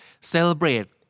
Celebrate